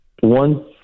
one